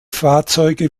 fahrzeuge